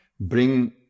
bring